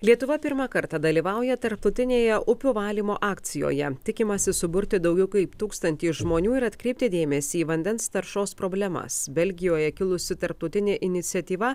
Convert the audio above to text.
lietuva pirmą kartą dalyvauja tarptautinėje upių valymo akcijoje tikimasi suburti daugiau kaip tūkstantį žmonių ir atkreipti dėmesį į vandens taršos problemas belgijoje kilusi tarptautinė iniciatyva